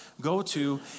go-to